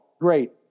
Great